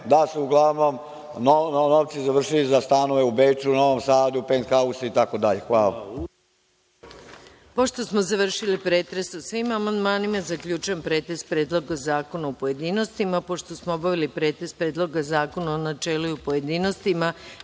novci uglavnom završili za stanove u Beču, Novom Sadu, Penthaus itd. Hvala.